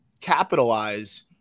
capitalize